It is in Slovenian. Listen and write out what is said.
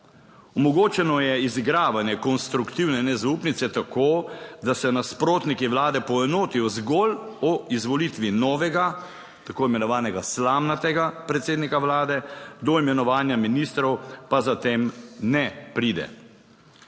Omogočeno je izigravanje konstruktivne nezaupnice tako, da se nasprotniki vlade poenotijo zgolj o izvolitvi novega, tako imenovanega slamnatega predsednika vlade, do imenovanja ministrov pa za tem ne pride.